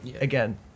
again